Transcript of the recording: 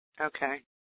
Okay